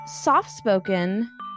soft-spoken